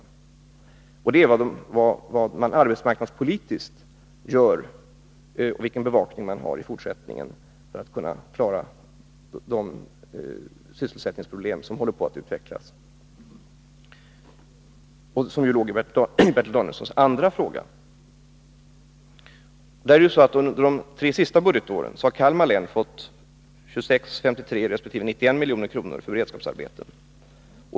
Vad som här är viktigt är vad man arbetsmarknadspolitiskt skall göra och vilken bevakning man kommer att ha i fortsättningen för att klara de sysselsättningsproblem som håller på att utvecklas. Denna frågeställning ingick ju i Bertil Danielssons andra fråga. Under de tre senaste budgetåren har Kalmar län fått 26, 53 resp. 91 milj.kr. för beredskapsarbeten.